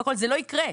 זה לא יקרה.